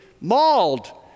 mauled